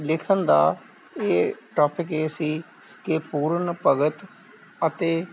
ਲਿਖਣ ਦਾ ਇਹ ਟੋਪਿਕ ਇਹ ਸੀ ਕਿ ਪੂਰਨ ਭਗਤ ਅਤੇ